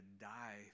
die